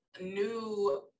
new